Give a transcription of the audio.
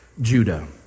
Judah